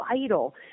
vital